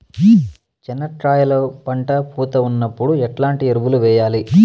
చెనక్కాయలు పంట పూత ఉన్నప్పుడు ఎట్లాంటి ఎరువులు వేయలి?